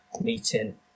meeting